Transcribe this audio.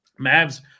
Mavs